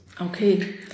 Okay